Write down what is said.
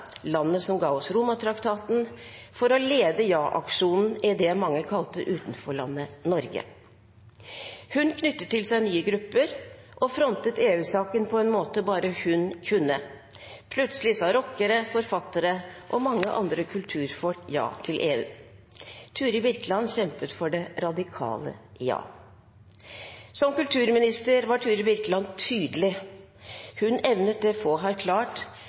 landet som ga oss Romatraktaten, for å lede Ja-aksjonen i det mange kalte utenforlandet Norge. Hun knyttet til seg nye grupper og frontet EU-saken på en måte bare hun kunne. Plutselig sa rockere, forfattere og mange andre kulturfolk ja til EU. Turid Birkeland kjempet for det «radikale» ja. Som kulturminister var Turid Birkeland tydelig. Hun evnet det få har klart,